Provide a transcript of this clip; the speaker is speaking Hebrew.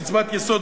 קצבת יסוד,